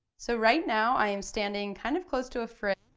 so right now i am standing kind of close to a fri